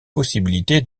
possibilité